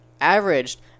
averaged